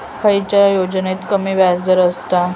खयल्या योजनेत कमी व्याजदर असता?